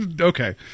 Okay